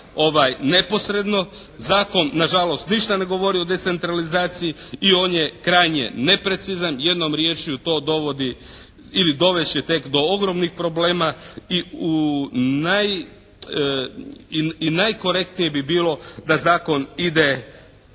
neposredno. Zakon nažalost ništa ne govori o decentralizaciji i on je krajnje neprecizan, jednom riječju to dovodi ili dovest će tek do ogromnih problema. I najkorektnije bi bilo da zakon ide